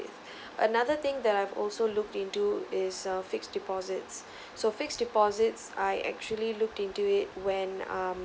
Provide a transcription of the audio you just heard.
another thing that I've also looked into is uh fixed deposits so fixed deposits I actually looked into it when um